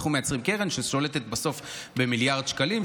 אנחנו מייצרים קרן ששולטת בסוף במיליארד שקלים,